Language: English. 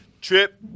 trip